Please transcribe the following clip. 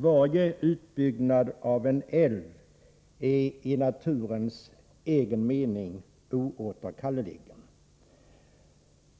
Varje utbyggnad av en älv är i naturens egen mening oåterkallelig.